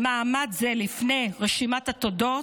במעמד זה, לפני רשימת התודות,